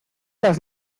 las